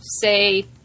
say